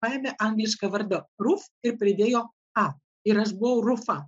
paėmė anglišką vardą ruf ir pridėjo a ir aš buvau rufa